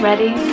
Ready